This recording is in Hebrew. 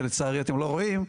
שלצערי אתם לא רואים: